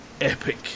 epic